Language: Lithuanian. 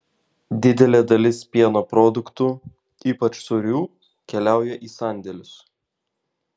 didelė dalis pieno produktų ypač sūrių keliauja į sandėlius